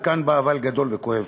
וכאן בא "אבל" גדול וכואב,